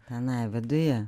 tenai viduje